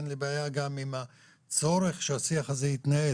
אין לי בעיה גם עם הצורך שהשיח הזה יתנהל,